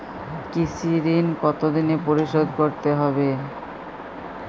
কৃষি ঋণ কতোদিনে পরিশোধ করতে হবে?